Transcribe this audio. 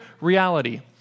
reality